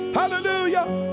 hallelujah